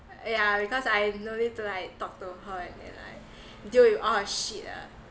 yeah because I no need to like talk to her and then like deal with all her shit ah